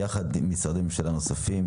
יחד עם משרדי ממשלה נוספים,